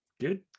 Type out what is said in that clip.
Good